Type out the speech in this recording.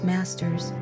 Masters